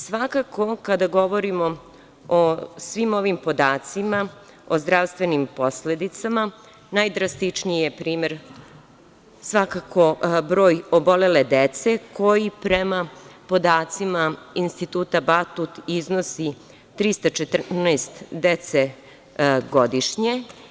Svakako, kada govorimo o svim ovim podacima, o zdravstvenim posledicama, najdrastičniji je primer broj obolele dece, koji prema podacima Instituta Batut iznosi 314 dece godišnje.